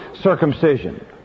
circumcision